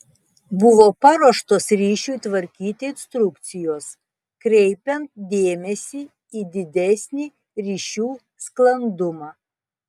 buvo paruoštos ryšiui tvarkyti instrukcijos kreipiant dėmesį į didesnį ryšių sklandumą